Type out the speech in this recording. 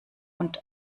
und